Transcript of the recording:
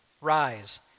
Rise